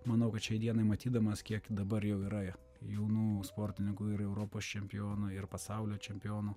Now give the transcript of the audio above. manau kad šiai dienai matydamas kiek dabar jau yra jaunų sportininkų ir europos čempionų ir pasaulio čempionų